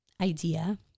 idea